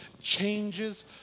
changes